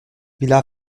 villa